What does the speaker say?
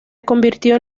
convirtieron